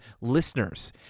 listeners